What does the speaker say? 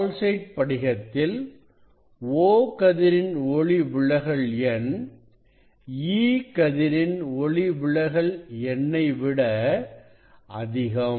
calcite படிகத்தில் O கதிரின் ஒளிவிலகல் எண் E கதிரின் ஒளிவிலகல் எண்ணை விட அதிகம்